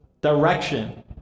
direction